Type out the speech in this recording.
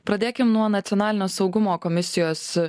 pradėkim nuo nacionalinio saugumo komisijos